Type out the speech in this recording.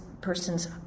person's